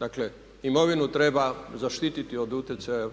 Dakle, imovinu treba zaštititi od utjecaja